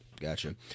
Gotcha